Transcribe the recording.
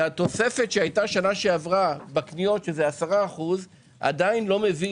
התוספת שהייתה שנה שעברה בקניות שזה 10% עדיין לא מביא